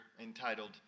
entitled